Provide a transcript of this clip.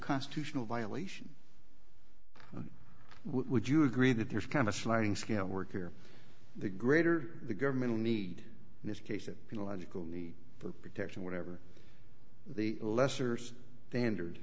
constitutional violation would you agree that there's kind of a sliding scale work here the greater the governmental need in this case that the logical need for protection whatever the lessers dand